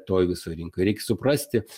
toj visoj rinkoj reik suprasti